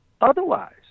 Otherwise